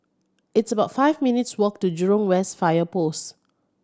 it's about five minutes' walk to Jurong West Fire Post